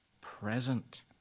present